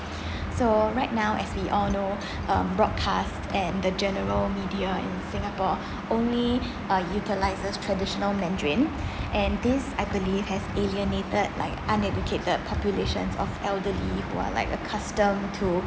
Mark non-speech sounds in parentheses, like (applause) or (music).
(breath) so right now as we all know um broadcast and the general media in singapore only uh utilizes traditional mandarin and this I believe has alienated like uneducated populations of elderly who are like accustomed to